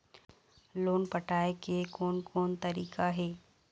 Loan पटाए के कोन कोन तरीका हे?